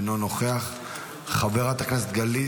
אינו נוכח, חברת הכנסת גלית,